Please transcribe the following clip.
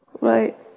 Right